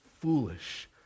foolish